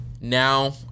now